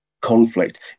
conflict